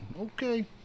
okay